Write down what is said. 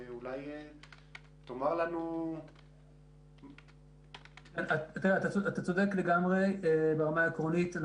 אולי תאמר לנו --- אתה צודק לגמרי ברמה העקרונית.